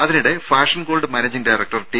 അതിനിടെ fashion gold managing director T